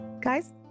guys